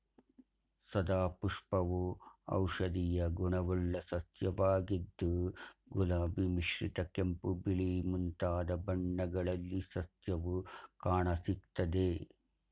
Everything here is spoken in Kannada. ಸದಾಪುಷ್ಪವು ಔಷಧೀಯ ಗುಣವುಳ್ಳ ಸಸ್ಯವಾಗಿದ್ದು ಗುಲಾಬಿ ಮಿಶ್ರಿತ ಕೆಂಪು ಬಿಳಿ ಮುಂತಾದ ಬಣ್ಣಗಳಲ್ಲಿ ಸಸ್ಯವು ಕಾಣಸಿಗ್ತದೆ